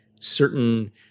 certain